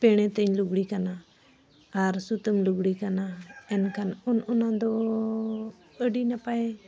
ᱯᱮᱬᱮ ᱛᱮᱧ ᱞᱩᱜᱽᱲᱤ ᱠᱟᱱᱟ ᱟᱨ ᱥᱩᱛᱟᱹᱢ ᱞᱩᱜᱽᱲᱤ ᱠᱟᱱᱟ ᱮᱱᱠᱷᱟᱱ ᱚᱱᱼᱚᱱᱟ ᱫᱚᱻ ᱟᱹᱰᱤ ᱱᱟᱯᱟᱭ